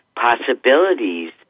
possibilities